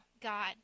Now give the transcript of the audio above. God